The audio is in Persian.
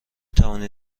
توانی